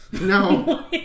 No